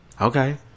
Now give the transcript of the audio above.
Okay